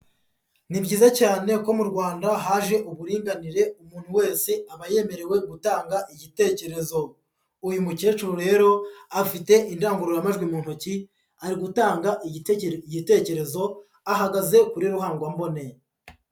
Ni byiza cyane ko mu Rwanda haje uburinganire umuntu wese aba yemerewe gutanga igitekerezo, uyu mukecuru rero afite indangururamajwi mu ntoki, ari gutanga igitekerezo ahagaze kuri ruhangombone.